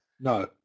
No